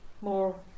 more